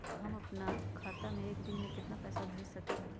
हम अपना खाता से एक दिन में केतना पैसा भेज सकेली?